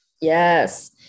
Yes